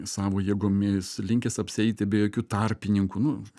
savo jėgomis linkęs apsieiti be jokių tarpininkų nu